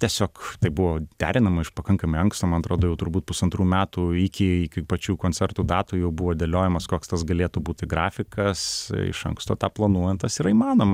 tiesiog tai buvo derinama iš pakankamai anksto man atrodo jau turbūt pusantrų metų iki iki pačių koncertų datų jau buvo dėliojamas koks tas galėtų būti grafikas iš anksto tą planuojant tas yra įmanoma